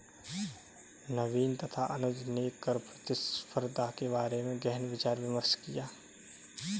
नवीन तथा अनुज ने कर प्रतिस्पर्धा के बारे में गहन विचार विमर्श किया